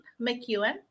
McEwen